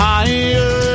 Higher